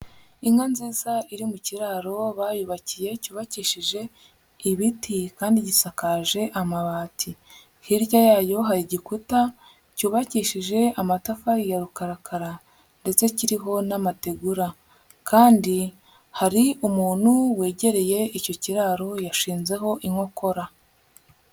Inka nziza iri mu kiraro bayubakiye cyubakishije ibiti kandi gisakaje amabati. Hirya yayo hari igikuta cyubakishije amatafari ya rukarakara ndetse kiriho n'amategura kandi hari umuntu wegereye icyo kiraro yashinzeho inkokora.